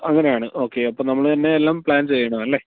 അങ്ങനെയാണ് ഓക്കേ അപ്പോള് നമ്മള് തന്നെ എല്ലാം പ്ലാൻ ചെയ്യണമല്ലേ